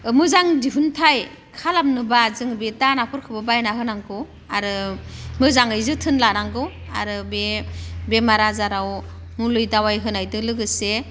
मोजां दिहुनथाय खालामनोबा जोङो बे दानाफोरखौबो बायना होनांगौ आरो मोजाङै जोथोन लानांगौ आरो बे बेमार आजाराव मुलि दावाय होनायजों लोगोसे